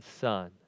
son